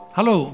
Hallo